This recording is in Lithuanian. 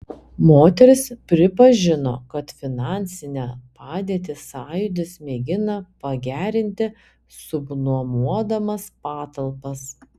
moteris pripažino kad finansinę padėtį sąjūdis mėgina pagerinti subnuomodamas patalpas